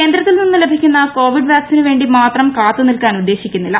കേന്ദ്രത്തിൽ നിന്ന് ലഭിക്കുന്ന കോവിഡ് വാക്സിനുവേണ്ടി മാത്രം കാത്തുനിൽക്കാൻ ഉദ്ദേശിക്കുന്നില്ല